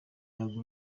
young